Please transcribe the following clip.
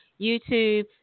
YouTube